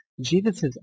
Jesus